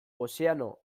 ozeano